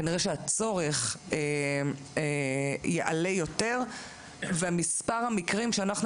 כנראה שהצורך יעלה יותר ומספר המקרים שאנחנו